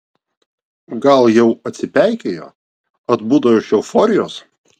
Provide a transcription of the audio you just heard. gal jau atsipeikėjo atbudo iš euforijos